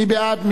מי בעד?